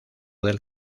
del